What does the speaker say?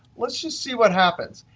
let's just see what happens.